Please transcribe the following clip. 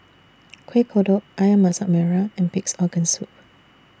Kueh Kodok Ayam Masak Merah and Pig'S Organ Soup